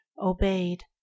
obeyed